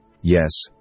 Yes